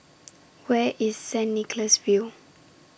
Where IS Saint Nicholas View